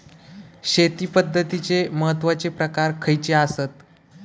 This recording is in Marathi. शेती पद्धतीचे महत्वाचे प्रकार खयचे आसत?